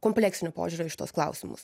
kompleksinio požiūrio į šituos klausimus